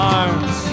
arms